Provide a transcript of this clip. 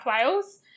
Wales